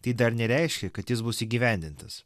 tai dar nereiškia kad jis bus įgyvendintas